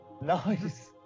Nice